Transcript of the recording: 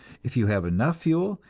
if you have enough fuel,